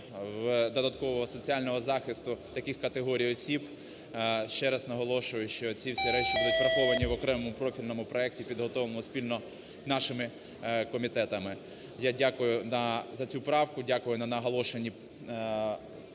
додаткового соціального захисту таких категорій осіб, ще раз наголошую, що ці всі речі будуть враховані в окремому профільному проекті, підготовленому спільно нашими комітетами. Я дякую за цю правку, дякую на наголошенні